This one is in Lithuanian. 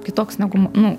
kitoks negu mo nu